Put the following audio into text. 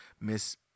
Miss